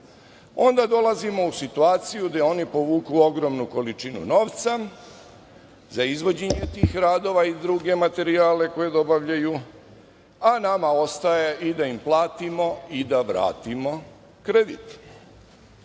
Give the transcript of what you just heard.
onda dolazimo u situaciju da i oni povuku ogromnu količinu novca za izvođenje tih radova i druge materijale koje dobavljaju, a nama ostaje i da im platimo i da vratimo kredit. Zalažem